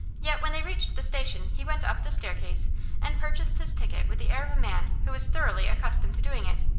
yet when they reached the station he went up the staircase and purchased his ticket with the air of a man who was thoroughly accustomed to doing it.